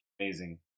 Amazing